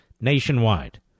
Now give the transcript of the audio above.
nationwide